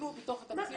תסתדרו בתוך התקציב?